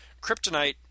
kryptonite